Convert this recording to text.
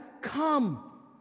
come